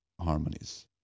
harmonies